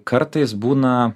kartais būna